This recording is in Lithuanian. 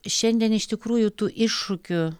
šiandien iš tikrųjų tų iššūkių